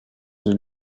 une